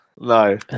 No